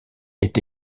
est